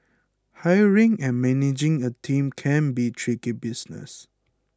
hiring and managing a team can be tricky business